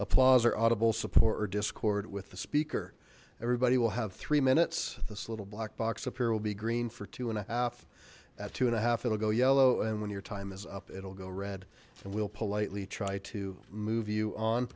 applause or audible support or discord with the speaker everybody will have three minutes this little black box up here will be green for two and a half at two and a half it'll go yellow and when your time is up it'll go red and we'll politely try to move you on